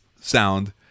sound